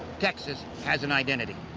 texas has an identity,